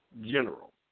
general